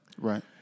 right